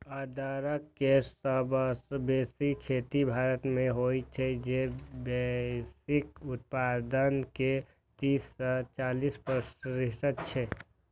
अदरक के सबसं बेसी खेती भारत मे होइ छै, जे वैश्विक उत्पादन के तीस सं चालीस प्रतिशत छै